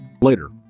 Later